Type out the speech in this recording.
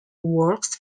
works